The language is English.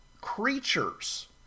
Creatures